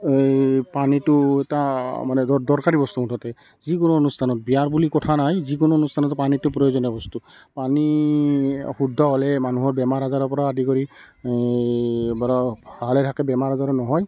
এই পানীটো এটা মানে দৰকাৰী বস্তু মুঠতে যিকোনো অনুষ্ঠানত বিয়া বুলি কথা নাই যিকোনো অনুষ্ঠানত পানীটো প্ৰয়োজনীয় বস্তু পানী অশুদ্ধ হ'লে মানুহৰ বেমাৰ আজাৰৰ পৰা আদি কৰি ভালে থাকে বেমাৰ আজাৰো নহয়